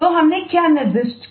तो हमने क्या निर्दिष्ट किया